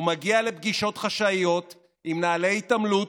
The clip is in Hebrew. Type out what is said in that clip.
הוא מגיע לפגישות חשאיות עם נעלי התעמלות,